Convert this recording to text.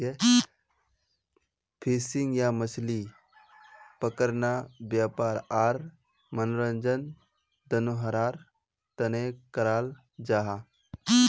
fishing या मछली पकड़ना वयापार आर मनोरंजन दनोहरार तने कराल जाहा